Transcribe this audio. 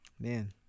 Man